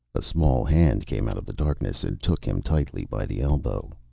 a small hand came out of the darkness and took him tightly by the elbow.